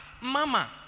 mama